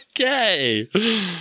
Okay